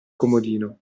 comodino